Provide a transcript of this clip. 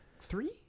three